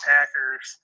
Packers